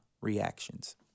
reactions